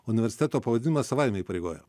universiteto pavadinimas savaime įpareigoja